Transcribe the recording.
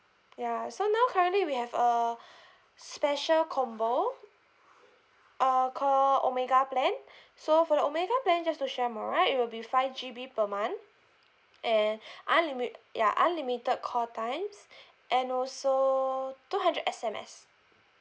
ya so now currently we have a special combo uh call omega plan so for the omega plan just to share more right it will be five G_B per month and unlimi~ ya unlimited call times and also two hundred S_M_S